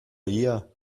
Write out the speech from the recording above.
ihr